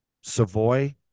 Savoy